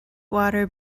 water